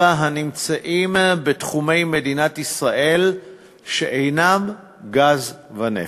הנמצאים בתחומי מדינת ישראל שאינם גז ונפט.